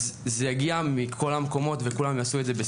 אז זה יגיע מכל המקומות וכולם יעשו את זה בשמחה.